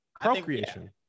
procreation